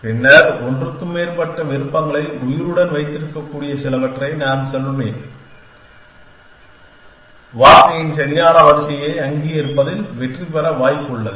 பின்னர் ஒன்றுக்கு மேற்பட்ட விருப்பங்களை உயிருடன் வைத்திருக்கக்கூடிய சிலவற்றை நான் செல்வேன் வார்த்தையின் சரியான வரிசையை அங்கீகரிப்பதில் வெற்றி பெற வாய்ப்புள்ளது